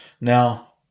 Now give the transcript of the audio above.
now